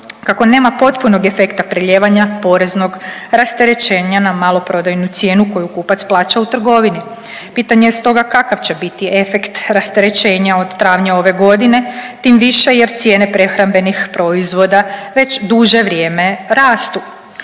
kako nema potpunog efekta prelijevanja poreznog rasterećenja na maloprodajnu cijenu koju kupac plaća u trgovini. Pitanje je stoga kakav će biti efekt rasterećenja od travnja ove godine tim više jer cijene prehrambenih proizvoda već duže vrijeme rastu.